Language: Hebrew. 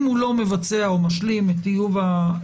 אם הוא לא מבצע או משלים את טיוב האסדרה,